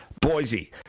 Boise